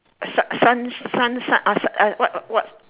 sun sun sun sun sun ah what what what